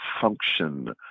function